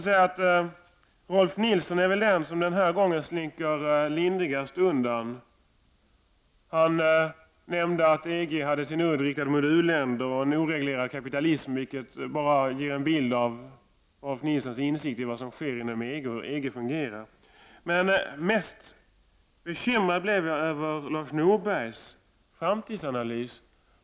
Rolf L Nilson är väl den som den här gången slinker lindrigast undan — han nämnde att EG hade sin udd riktad mot u-länder och en oreglerad kapitalism, vilket bara ger en bild av Rolf L Nilsons insikt i vad som sker inom EG och hur EG fungerar. Mest bekymrad blev jag över Lars Norbergs framtidsanalys.